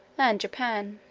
and japan.